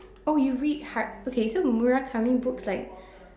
oh you read har~ okay so Murakami books like